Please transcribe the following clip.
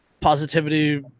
positivity